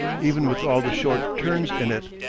even with all the short turns in it.